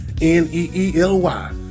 N-E-E-L-Y